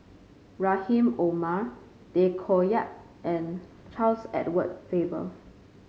Rahim Omar Tay Koh Yat and Charles Edward Faber